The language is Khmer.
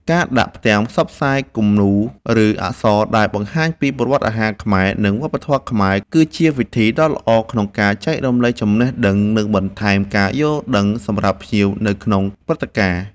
ការដាក់ផ្ទាំងផ្សព្វផ្សាយ, គំនូរ ឬអក្សរដែលបង្ហាញពីប្រវត្តិអាហារខ្មែរ និងវប្បធម៌ខ្មែរគឺជាវិធីដ៏ល្អក្នុងការចែករំលែកចំណេះដឹង និងបន្ថែមការយល់ដឹងសម្រាប់ភ្ញៀវនៅក្នុងព្រឹត្តិការណ៍។